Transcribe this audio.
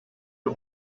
you